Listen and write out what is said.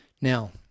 now